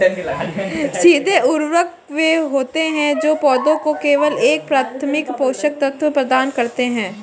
सीधे उर्वरक वे होते हैं जो पौधों को केवल एक प्राथमिक पोषक तत्व प्रदान करते हैं